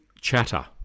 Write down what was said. chatter